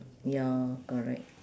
ya correct